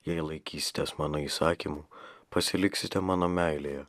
jei laikysitės mano įsakymų pasiliksite mano meilėje